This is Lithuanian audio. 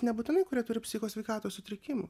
nebūtinai kurie turi psicho sveikatos sutrikimų